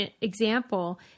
example